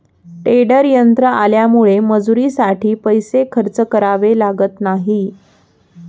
tedder यंत्र आल्यामुळे मजुरीसाठी पैसे खर्च करावे लागत नाहीत